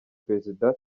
perezida